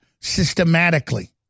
systematically